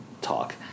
Talk